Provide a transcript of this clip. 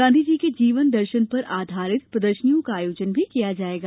गाँधी जी के जीवन दर्शन पर आधारित प्रदर्शनियों का आयोजन भी किया जायेगा